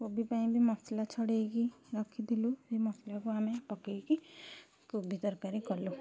କୋବି ପାଇଁ ବି ମସଲା ଛଡ଼ାଇକି ରଖିଥିଲୁ ସେଇ ମସଲାକୁ ଆମେ ପକାଇକି କୋବି ତରକାରୀ କଲୁ